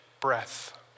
breath